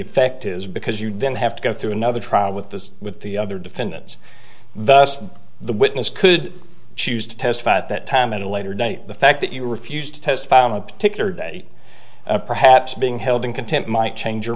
effect is because you then have to go through another trial with this with the other defendants thus the witness could choose to testify at that time at a later date the fact that you refused to testify am a particular date perhaps being held in contempt might change your